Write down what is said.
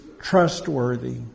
trustworthy